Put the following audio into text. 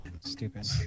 Stupid